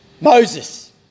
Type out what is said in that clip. Moses